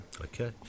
Okay